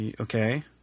Okay